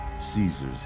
Caesar's